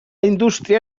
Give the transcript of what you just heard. indústria